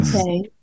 Okay